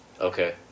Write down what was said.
Okay